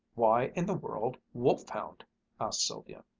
why in the world wolf-hound sylvia.